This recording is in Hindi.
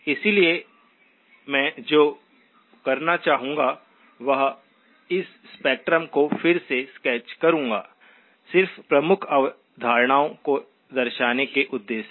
इसलिए मैं जो करना चाहूंगा वह इस स्पेक्ट्रम को फिर से स्केच करूँगा सिर्फ प्रमुख अवधारणाओं को दर्शाने के उद्देश्य से